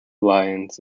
lyons